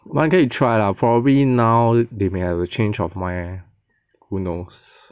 but 可以 try lah probably now they may have a change of mind leh who knows